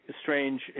strange